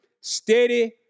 steady